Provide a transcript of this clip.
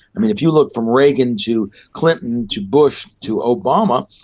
i mean, if you look from reagan to clinton to bush to obama,